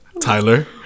Tyler